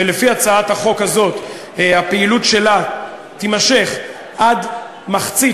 ולפי הצעת החוק הזאת הפעילות שלה תימשך עד מחצית,